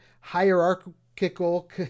hierarchical